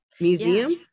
Museum